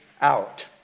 out